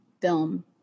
film